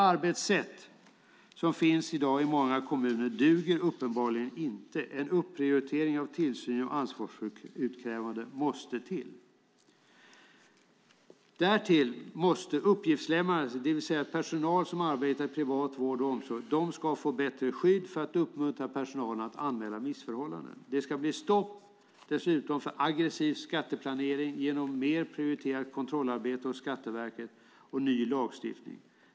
Arbetssättet i dag i många kommuner duger uppenbarligen inte. En upprioritering av tillsyn och ansvarsutkrävande måste till. Därtill måste uppgiftslämnare, det vill säga personal som arbetar i privat vård och omsorg, få ett bättre skydd - detta för att uppmuntra personalen att anmäla missförhållanden. Det ska dessutom bli stopp för aggressiv skatteplanering genom mer prioriterat kontrollarbete hos Skatteverket och ny lagstiftning.